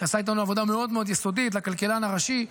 שעשה איתנו עבודה מאוד מאוד יסודית, לכלכלן הראשי.